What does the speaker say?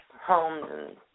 homes